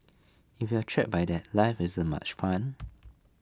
if you are trap by that life isn't much fun